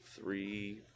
three